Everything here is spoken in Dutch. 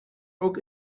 ook